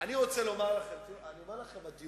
מה קורה